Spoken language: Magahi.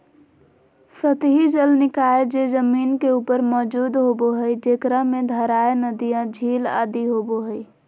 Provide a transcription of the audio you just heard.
सतही जल निकाय जे जमीन के ऊपर मौजूद होबो हइ, जेकरा में धाराएँ, नदियाँ, झील आदि होबो हइ